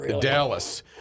dallas